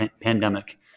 pandemic